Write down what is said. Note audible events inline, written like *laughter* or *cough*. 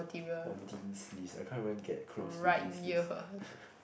!wah! dean's list I can't even get close to dean's list *breath*